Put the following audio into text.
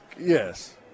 Yes